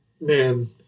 man